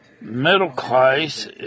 middle-class